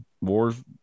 wars